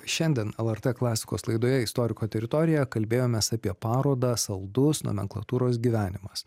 šiandien lrt klasikos laidoje istoriko teritorija kalbėjomės apie parodą saldus nomenklatūros gyvenimas